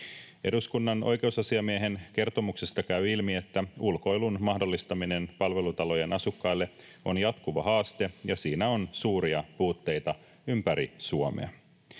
Eduskunnan oikeusasiamiehen kertomuksesta käy ilmi, että ulkoilun mahdollistaminen palvelutalojen asukkaille on jatkuva haaste ja siinä on suuria puutteita ympäri Suomea